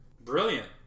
Brilliant